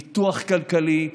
פיתוח כלכלי,